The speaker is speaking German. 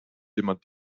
jemand